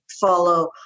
follow